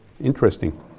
interesting